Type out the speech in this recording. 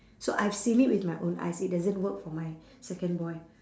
so I've seen it with my own eyes it doesn't work for my second boy